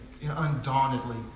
undauntedly